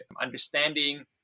understanding